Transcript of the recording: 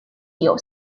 具有